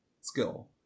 skill